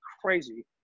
crazy